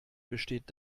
besteht